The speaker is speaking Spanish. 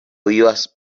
vivas